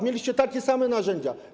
Mieliście takie same narzędzia.